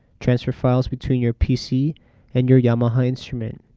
transfer files between your pc and your yamaha instrument.